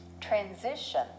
transition